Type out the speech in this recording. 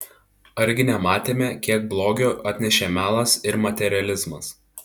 argi nematėme kiek blogio atnešė melas ir materializmas